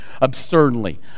absurdly